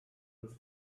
was